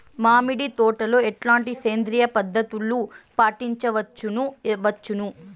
మామిడి తోటలో ఎట్లాంటి సేంద్రియ పద్ధతులు పాటించవచ్చును వచ్చును?